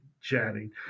chatting